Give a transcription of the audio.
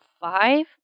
five